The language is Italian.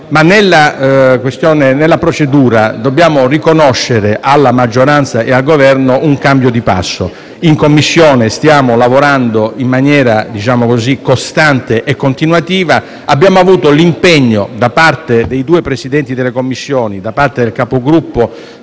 alla procedura, dobbiamo riconoscere alla maggioranza e al Governo un cambio di passo. In Commissione stiamo lavorando in maniera costante e continuativa. Abbiamo avuto l'impegno, da parte dei Presidenti delle due Commissioni di merito, del Capogruppo